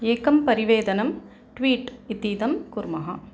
एकं परिवेदनं ट्वीट् इतीदं कुर्मः